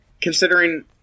considering